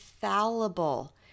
fallible